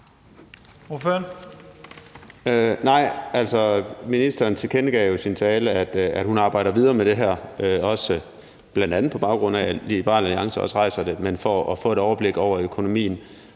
ministeren tilkendegav jo i sin tale, at hun arbejder videre med det her, bl.a. på baggrund af at Liberal Alliance også rejser det, for at få et overblik over økonomien.